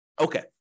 okay